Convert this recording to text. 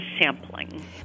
sampling